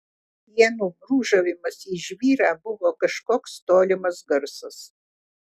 ienų brūžavimas į žvyrą buvo kažkoks tolimas garsas